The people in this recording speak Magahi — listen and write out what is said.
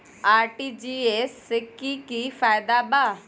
आर.टी.जी.एस से की की फायदा बा?